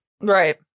Right